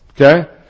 Okay